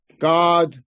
God